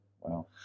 Wow